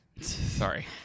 Sorry